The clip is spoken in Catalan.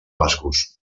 bascos